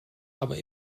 aber